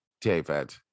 David